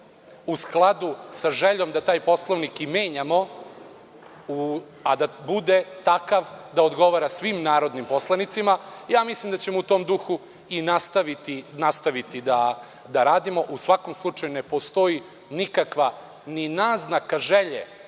U skladu sa željom da taj Poslovnik i menjamo, a da bude takav da odgovara svim narodnim poslanicima. Mislim da ćemo u tom duhu i nastaviti da radimo. U svakom slučaju ne postoji nikakva ni naznaka želje